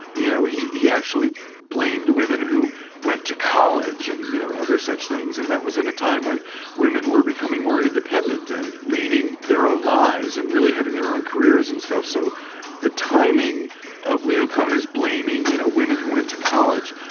you know he he actually blamed women who went to college and you know other such things, and that was at a time when women were becoming more independent and leading their own lives and really having their own careers and stuff. so the timing of leo kanner's blaming you know women who went to college,